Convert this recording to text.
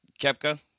Kepka